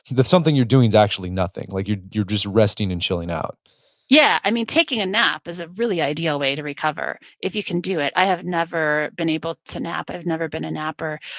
the something you're doing is actually nothing. like you're you're just resting and chilling out yeah, i mean, taking a nap is a really ideal way to recover if you can do it. i have never been able to nap. i've never been a napper,